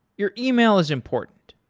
your yeah e-mail is important.